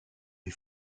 les